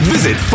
Visit